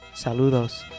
saludos